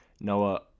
Noah